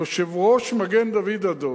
יושב-ראש מגן-דוד-אדום,